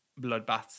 bloodbaths